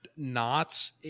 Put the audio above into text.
knots